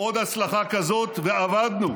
עוד ההצלחה כזאת ואבדנו.